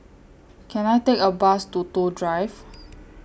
Can I Take A Bus to Toh Drive